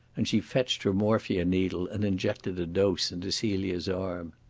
and she fetched her morphia-needle and injected a dose into celia's arm.